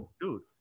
Dude